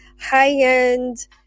high-end